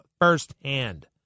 firsthand